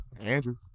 Andrew